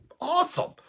awesome